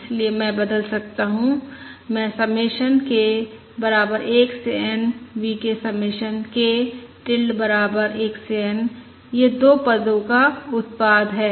इसलिए मैं बदल सकता हूं मैं समेशन k बराबर 1 से N V k summation k tilde बराबर 1 से N यह 2 पदो का उत्पाद है